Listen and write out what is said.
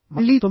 మళ్ళీ 9